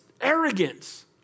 arrogance